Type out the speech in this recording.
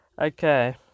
Okay